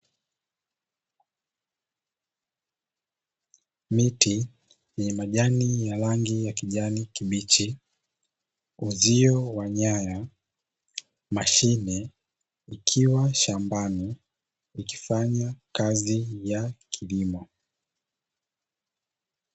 Miti yenye majani ya rangi ya kijani kibichi, uzio wa nyaya, mashine ikiwa shambani ikifanya kazi ya kilimo.